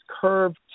curved